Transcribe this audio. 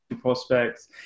prospects